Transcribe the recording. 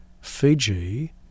Fiji